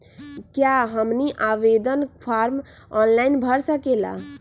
क्या हमनी आवेदन फॉर्म ऑनलाइन भर सकेला?